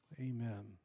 Amen